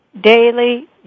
daily